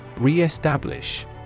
Reestablish